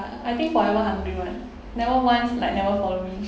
I think forever hungry one never once like never follow me